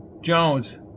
Jones